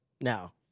now